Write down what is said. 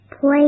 Play